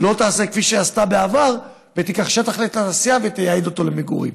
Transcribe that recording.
לא תעשה כפי שעשתה בעבר ותיקח שטח לתעשייה ותייעד אותו למגורים.